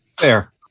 Fair